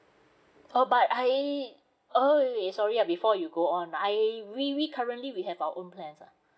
uh but I err wait wait wait sorry uh before you go on I we we currently we have our own plans ah